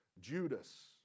Judas